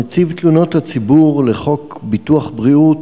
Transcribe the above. נציב תלונות הציבור לחוק ביטוח בריאות